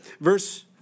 Verse